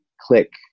click